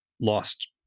lost